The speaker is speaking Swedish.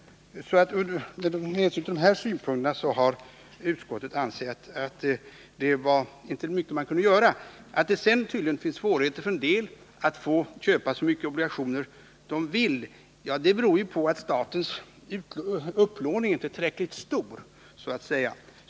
Med hänsyn till de här synpunkterna har utskottet ansett att det inte var mycket man kunde göra. Att det för en del finns svårigheter att köpa så många obligationer som de vill ha beror ju på att statens upplåning inte är tillräckligt stor, så att säga.